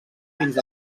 fins